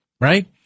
right